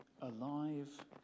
alive